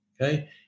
Okay